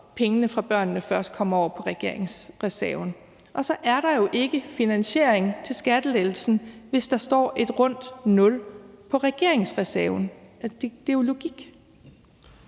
pengene fra »Børnene Først« kommer over på regeringsreserven, og så er der jo ikke finansiering til skattelettelsen, hvis der står et rundt nul på regeringsreserven. Det er jo logik.